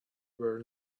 were